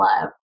love